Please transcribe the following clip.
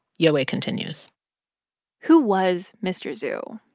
yowei continues who was mr. zhu?